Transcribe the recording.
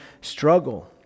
struggle